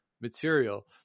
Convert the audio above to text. material